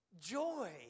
joy